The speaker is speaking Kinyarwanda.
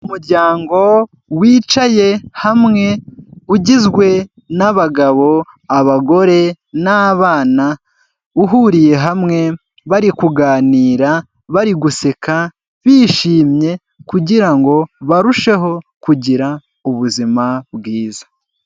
Umuryango wicaye hamwe ugizwe n'abagabo, abagore n'abana, uhuriye hamwe bari kuganira, bari guseka, bishimye, kugira ngo barusheho kugira ubuzima bwiza.